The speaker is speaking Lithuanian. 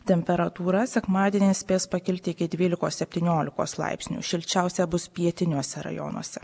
temperatūra sekmadienį spės pakilti iki dvylikos septyniolikos laipsnių šilčiausia bus pietiniuose rajonuose